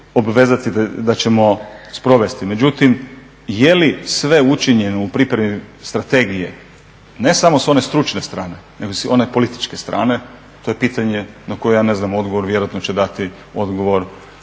obvezati se da ćemo sprovesti. Međutim, je li sve učinjeno u pripremi strategije ne samo s one stručne strane nego i s one političke strane? To je pitanje na koje ja ne znam odgovor, vjerojatno će dati odgovor